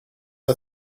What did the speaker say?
her